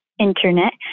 internet